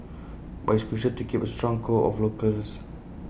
but it's crucial to keep A strong core of locals